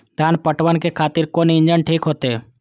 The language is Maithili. धान पटवन के खातिर कोन इंजन ठीक होते?